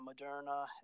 Moderna